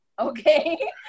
okay